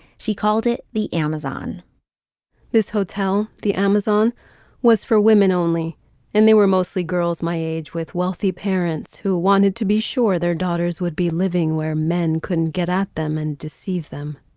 she called it the amazon this hotel the amazon was for women only and they were mostly girls my age with wealthy parents who wanted to be sure their daughters would be living where men couldn't get at them and deceive them